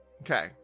okay